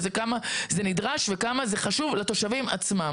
כמה זה נדרש וכמה זה חשוב לתושבים עצמם.